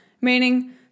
meaning